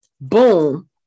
boom